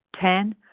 Ten